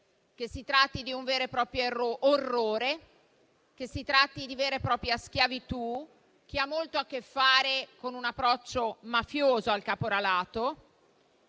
che si tratti di un vero e proprio orrore, di vera e propria schiavitù, che ha molto a che fare con un approccio mafioso al caporalato.